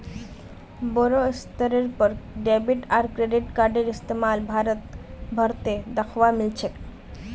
बोरो स्तरेर पर डेबिट आर क्रेडिट कार्डेर इस्तमाल भारत भर त दखवा मिल छेक